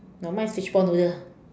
no mine is fishball noodle